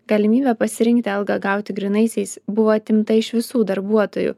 galimybė pasirinkti algą gauti grynaisiais buvo atimta iš visų darbuotojų